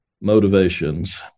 motivations